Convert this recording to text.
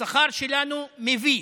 השכר שלנו מביש.